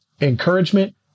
encouragement